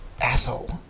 Asshole